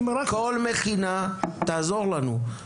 תעזור לנו.